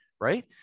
right